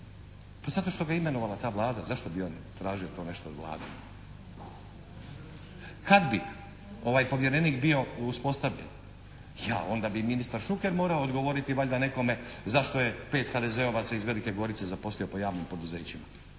Zato što ga je imenovala ta Vlada, zašto bi on tražio to nešto od Vlade? Kad bi ovaj povjerenik bio uspostavljen, je ali onda bi ministar Šuker morao odgovoriti valjda nekome zašto je 5 HDZ-ovaca iz Velike Gorice zaposlio po javnim poduzećima.